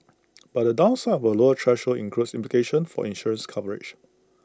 but the downside of A lower threshold includes implications for insurance coverage